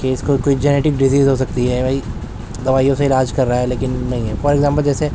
کہ اس کو کوئی جینیٹک ڈیزیز ہو سکتی ہے بھائی دوائیوں سے علاج کر رہا ہے لیکن نہیں ہے فار ایگزامپل جیسے